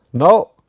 now,